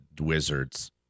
Wizards